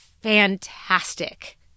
Fantastic